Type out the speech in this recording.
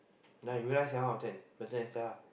ya in real life seven out of ten better than Stella